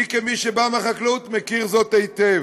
אני, כמי שבא מהחקלאות, מכיר זאת היטב.